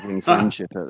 friendship